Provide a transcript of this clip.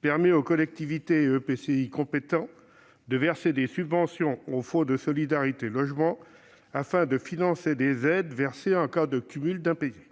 permet aux collectivités et EPCI compétents de verser des subventions au Fonds de solidarité pour le logement afin de financer des aides versées en cas de cumul d'impayés.